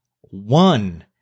one